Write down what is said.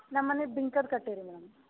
ನಮ್ಮ ಮನೆ ಬಿಂಕದ ಕಟ್ಟೆ ರೀ ಮೇಡಮ್